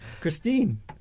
Christine